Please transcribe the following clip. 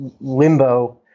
limbo